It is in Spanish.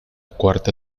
cuarta